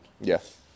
Yes